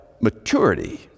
maturity